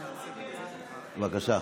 בבקשה.